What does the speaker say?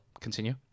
continue